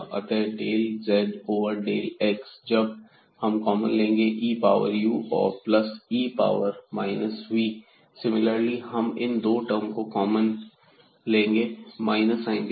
अतः del z over del x जब हम कॉमन लेंगे e पावर u और plus e power minus v similarly हम इन दो टर्म को कॉमन लेंगे माइनस साइन के साथ